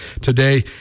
today